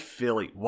Philly